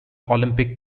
olympic